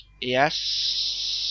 yes